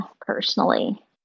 personally